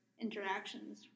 interactions